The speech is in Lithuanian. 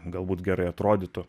galbūt gerai atrodytų